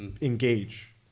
Engage